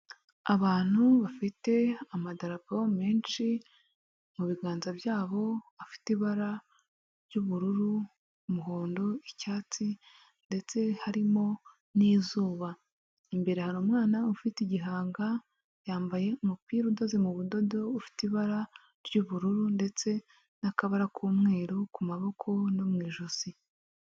Abantu bafite amadarapoo menshi mu biganza byabo afite ibara ry'ubururu, umuhondo, icyatsi ndetse harimo n'izuba, imbere hari umwana ufite igihanga yambaye umupira udoze mu budodo, ufite ibara ry'ubururu ndetse n'akabara k'umweru ku maboko no mu ijosi.